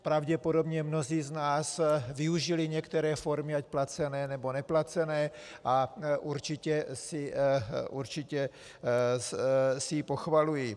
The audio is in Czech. Pravděpodobně mnozí z nás využili některé formy ať placené, nebo neplacené a určitě si ji pochvalují.